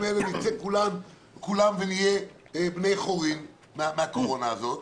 האלה נצא כולם ונהיה בני חורין מהקורונה הזאת,